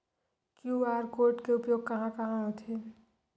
QR code के उपयोग कहां कहां होथे?